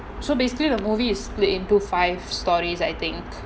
so basically the movie is split into five stories I think